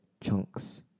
chunks